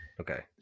Okay